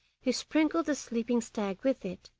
he sprinkled the sleeping stag with it.